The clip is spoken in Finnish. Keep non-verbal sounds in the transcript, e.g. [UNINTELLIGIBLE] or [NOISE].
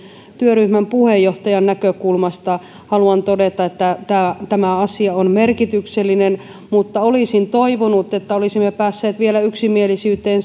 työryhmän puheenjohtajan näkökulmasta haluan todeta että tämä tämä asia on merkityksellinen mutta olisin toivonut että olisimme päässeet vielä yksimielisyyteen [UNINTELLIGIBLE]